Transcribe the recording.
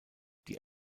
die